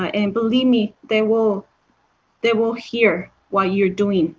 ah and believe me, they will they will hear what you are doing,